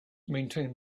maintained